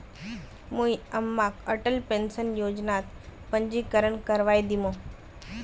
मुई अम्माक अटल पेंशन योजनात पंजीकरण करवइ दिमु